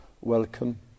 welcome